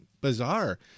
bizarre